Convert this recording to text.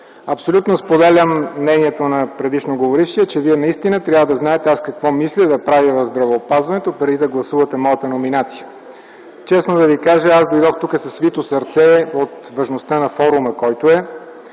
Абсолютно споделям мнението на преждеговорившия, че вие наистина трябва да знаете какво мисля да правя в здравеопазването, преди да гласувате моята номинация. Честно да ви кажа, аз дойдох тук със свито сърце от важността на форума, който е,